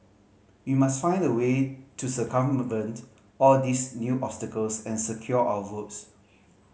we must find a way to circumvent all these new obstacles and secure our votes